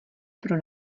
pro